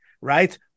right